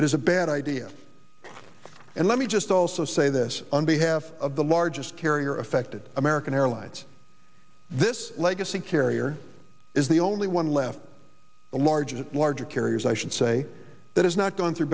is a bad idea and let me just also say this on behalf of the largest carrier affected american airlines this legacy carrier is the only one left a large and larger carriers i should say that has not gone through